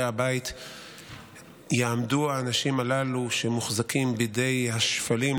הבית יעמדו האנשים הללו שמוחזקים בידי השפלים,